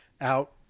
out